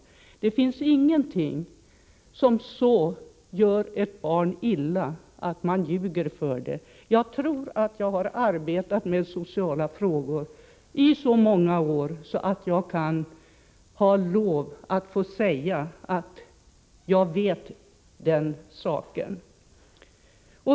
Det finns ingenting som kan göra ett barn så illa som att man ljuger för det. Jag har arbetat med sociala frågor i så många år att jag tror mig kunna påstå att det är så.